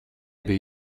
biji